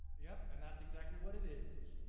yep, and that's exactly what it is